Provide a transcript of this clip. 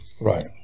right